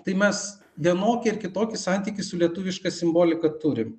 tai mes vienokį ar kitokį santykį su lietuviška simbolika turim